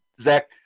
Zach